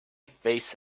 face